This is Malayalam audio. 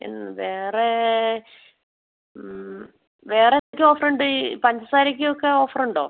എന്ന് വേറെ വേറെ ഓഫറുണ്ട് പഞ്ചസാരയ്ക്കൊക്കെ ഓഫറുണ്ടോ